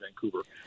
Vancouver